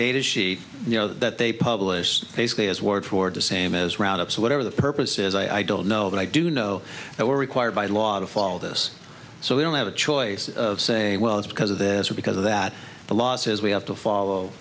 data sheet you know that they publish basically is word for de same as roundup so whatever the purpose is i don't know but i do know that we're required by law to follow this so we don't have a choice of say well it's because of this or because of that the law says we have to follow